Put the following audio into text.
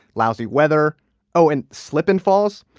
lousy weather oh, and slip-and-falls.